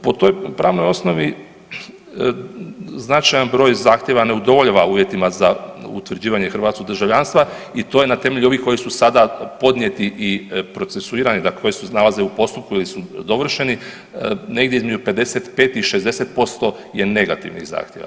Po toj pravnoj osnovi značajan broj zahtjeva ne udovoljava uvjetima za utvrđivanje hrvatskog državljanstva i to je na temelju ovih koji su sada podnijeti i procesuirani, da koji se nalaze u postupku ili su dovršeni, negdje između 55 i 60% je negativnih zahtjeva.